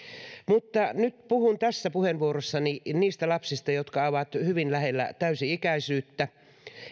mutta nyt puhun tässä puheenvuorossani niistä lapsista jotka ovat hyvin lähellä täysi ikäisyyttä